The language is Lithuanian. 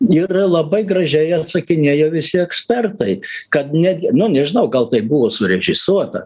ir labai gražiai atsakinėjo visi ekspertai kad netgi nu nežinau gal tai buvo surežisuota